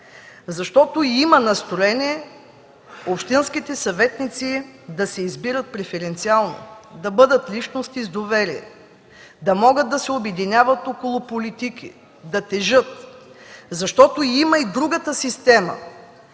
Защото има настроение общинските съветници да се избират преференциално, да бъдат личности с доверие, да могат да се обединяват около политики, да тежат. Защото има и другата система